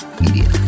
Media